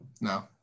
No